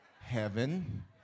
Heaven